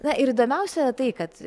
na ir įdomiausia yra tai kad